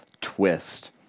twist